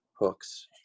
Hooks